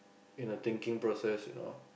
in a thinking process you know